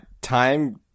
Time